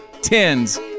tens